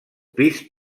pis